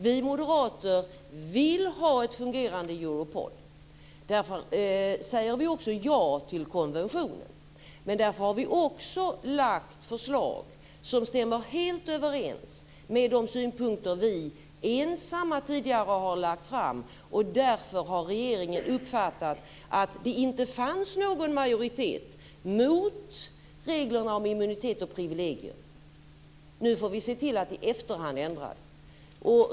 Vi moderater vill ha ett fungerande Europol. Därför säger vi också ja till konventionen. Men därför har vi också lagt fram förslag som stämmer helt överens med de synpunkter vi tidigare ensamma har lagt fram. Därför har regeringen uppfattat att det inte fanns någon majoritet mot reglerna om immunitet och privilegium. Nu får vi se till att i efterhand ändra detta.